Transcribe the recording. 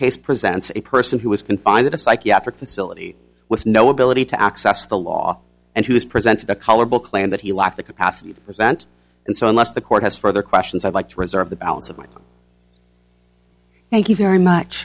case presents a person who was confined in a psychiatric facility with no ability to access the law and he was presented a colorful claim that he lacked the capacity to present and so unless the court has further questions i'd like to reserve the balance of my thank you very much